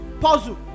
puzzle